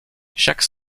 chaque